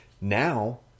Now